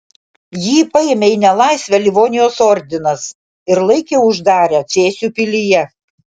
jį paėmė į nelaisvę livonijos ordinas ir laikė uždarę cėsių pilyje